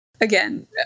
again